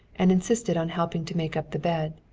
and insisted on helping to make up the bed.